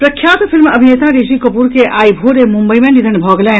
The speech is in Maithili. प्रख्यात फिल्म अभिनेता ऋषि कपूर के आई भोरे मुम्बई मे निधन भऽ गेलनि